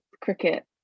cricket